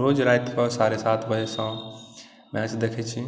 रोज राति कऽ साढ़े सात बजेसँ मैच देखैत छी